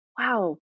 wow